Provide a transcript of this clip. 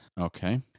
Okay